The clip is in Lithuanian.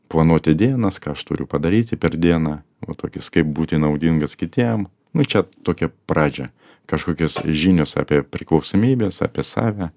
planuoti dienas ką aš turiu padaryti per dieną va tokiais kaip būti naudingas kitiem nu čia tokia pradžia kažkokios žinios apie priklausomybes apie save